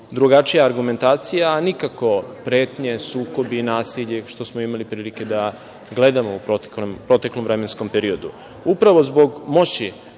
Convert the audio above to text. drugačija argumentacija, a nikako pretnje, sukobi, nasilje, što smo imali prilike da gledamo u proteklom vremenskom periodu. Upravo